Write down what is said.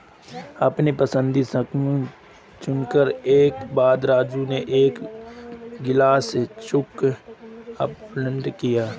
अपनी पसंदीदा स्कीम चुनने के बाद राजू ने एक कैंसिल चेक अपलोड किया